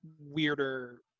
weirder